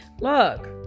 look